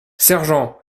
sergent